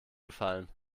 gefallen